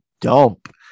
dump